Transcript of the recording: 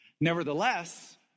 Nevertheless